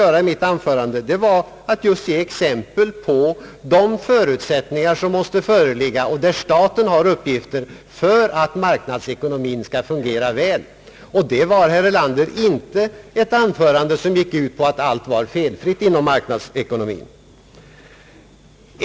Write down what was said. Och i mitt anförande försökte jag just ge exempel på de förutsättningar som måste föreligga, där staten har uppgifter för att få marknadsekonomin att fungera väl. Det var, herr Erlander, inte ett anförande som gick ut på att allt var felfritt inom marknadsekonomin.